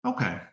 Okay